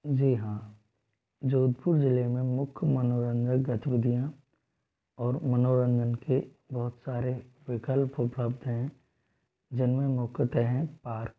जी हाँ जोधपुर जिले में मुख्य मनोरंजक गतिविधियाँ और मनोरंजन के बहुत सारे विकल्प उपलब्ध हैं जिनमें मुख्यतः हैं पार्क